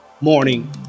morning